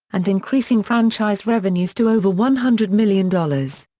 and increasing franchise revenues to over one hundred million dollars.